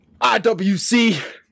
IWC